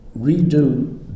redo